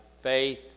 faith